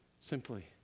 simply